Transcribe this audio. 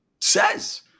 says